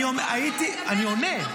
אני עונה.